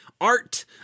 art